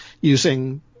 using